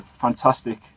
fantastic